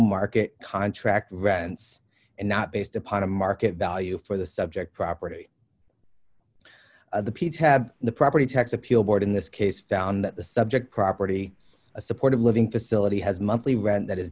market contract rents and not based upon a market value for the subject property of the piece had the property tax appeal board in this case found that the subject property a supportive living facility has monthly rent that